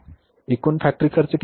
एकूण फॅक्टरी खर्च किती आहे